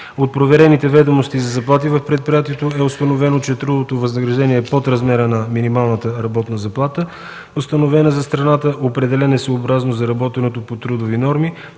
От проверените ведомости за заплати в предприятието е установено, че трудовото възнаграждение е под размера на минималната работна заплата, установена за страната, определен съобразно заработеното по трудовите норми,